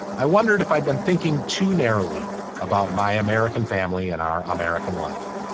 i wondered if i'd been thinking too narrowly about my american family and our american life